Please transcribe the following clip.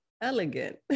elegant